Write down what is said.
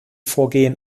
vorgehen